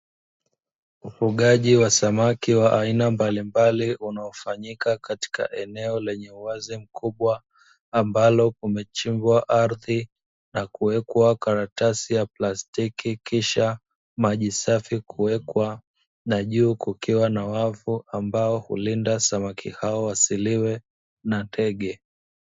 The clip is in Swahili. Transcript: Ufugaji wa samaki wa aina mbalimbali unaofanyika katika eneo lenye uwazi mkubwa ambalo kumechimbwa ardhi na kuwekwa karatasi ya plastiki kisha maji safi kuwekwa na juu kukiwa na wavu ambao hulinda samaki hao wasiliwe na ndege.